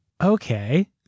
Okay